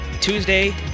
Tuesday